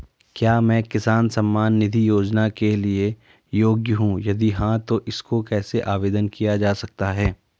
क्या मैं किसान सम्मान निधि योजना के लिए योग्य हूँ यदि हाँ तो इसको कैसे आवेदन किया जा सकता है?